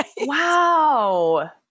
Wow